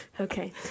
Okay